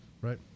right